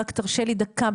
רק תרשה לי דקה,